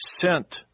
sent